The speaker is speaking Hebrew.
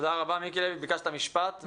מיקי לוי, ביקשת משפט.